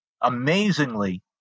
Amazingly